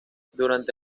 durante